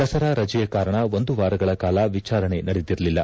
ದಸರಾ ರಜೆಯ ಕಾರಣ ಒಂದು ವಾರಗಳ ಕಾಲ ವಿಚಾರಣೆ ನಡೆದಿರಲಿಲ್ಲ